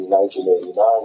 1989